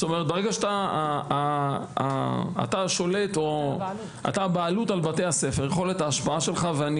ברגע שאתה שולט או שאתה הבעלות על בתי הספר יכולת ההשפעה שלך גדולה.